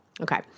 Okay